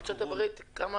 כמה